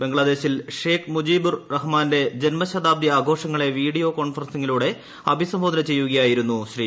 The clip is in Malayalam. ബംഗ്ലാദേശിൽ ഷേഖ് മുജീബുർ റഹ്മാന്റെ ജന്മ ശതാബ്ദി ആഘോഷങ്ങളെ വീഡിയോ കോൺഫറൻസിങ്ങിലൂടെ അഭിസംബോധന ചെയ്യുകയായിരുന്നു ശ്രീ